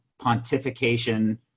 pontification